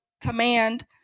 command